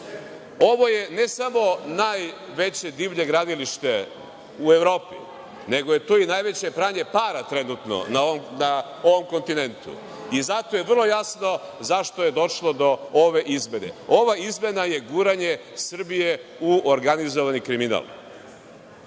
Ovo je ne samo najveće divlje gradilište u Evropi, nego je tu i najveće pranje para, trenutno, na ovom kontinentu. I zato je vrlo jasno zašto je došlo do ove izmene. Ova izmena je guranje Srbije u organizovani kriminal.